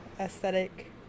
aesthetic